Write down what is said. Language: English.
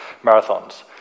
marathons